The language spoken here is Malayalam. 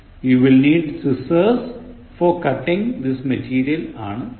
You will need scissors for cutting this material ആണ് ശരി